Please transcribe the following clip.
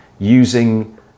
using